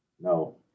No